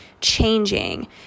changing